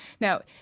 Now